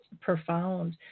profound